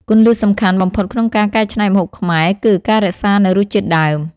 គន្លឹះសំខាន់បំផុតក្នុងការកែច្នៃម្ហូបខ្មែរ គឺ ការរក្សានូវរសជាតិដើម។